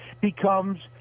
becomes